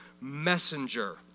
messenger